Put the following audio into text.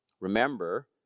Remember